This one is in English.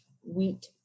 wheat